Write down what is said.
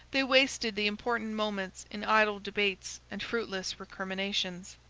they wasted the important moments in idle debates and fruitless recriminations.